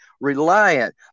reliant